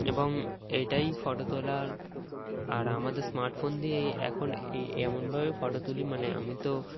এবং এটাই ফটো তোলার আর আমাদের স্মার্টফোন দিয়েই এখন এই এমনভাবেই ফটো তুলি মানে আমি তো